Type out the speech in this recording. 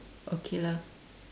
okay lah